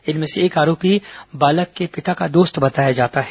इनमें से एक आरोपी बालक के पिता का दोस्त बताया गया है